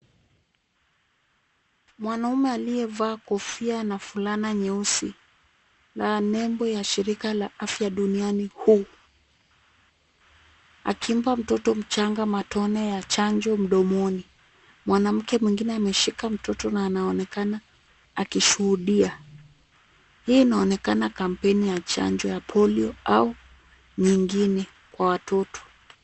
Mwanamume aliyevaa kofia na fulana nyeusi la nembo ya shirika la afya duniani WHO akimpa mtoto mchanga matone ya chanjo mdomoni. Mwanamke mwingine ameshika mtoto na anaonekana akishuhudia. Hii inaonekana kampeni ya chanjo ya polio au nyingine kwa watoto.